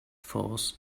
force